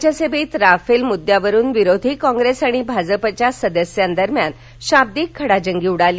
राज्यसभेत राफेल मुद्द्यावर विरोधी कॉप्रेस आणि भा ज प च्या सदस्यांदरम्यान शब्दिक खडाजंगी उडाली